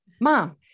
mom